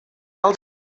els